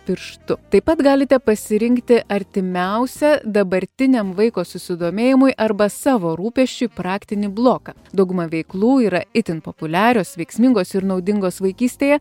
pirštu taip pat galite pasirinkti artimiausią dabartiniam vaiko susidomėjimui arba savo rūpesčiui praktinį bloką dauguma veiklų yra itin populiarios veiksmingos ir naudingos vaikystėje